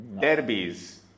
derbies